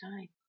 time